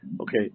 okay